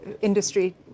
industry